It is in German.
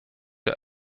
der